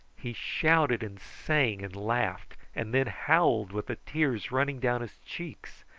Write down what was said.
he shouted and sang and laughed, and then howled, with the tears running down his cheeks.